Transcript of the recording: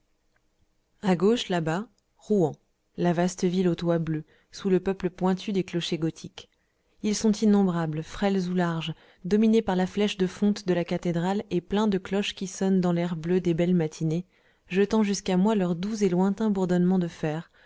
a gauche là-bas rouen la vaste ville aux toits bleus sous le peuple pointu des clochers gothiques ils sont innombrables frêles ou larges dominés par la flèche de fonte de la cathédrale et pleins de cloches qui sonnent dans l'air bleu des belles matinées jetant jusqu'à moi leur doux et lointain bourdonnement de fer